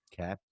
Okay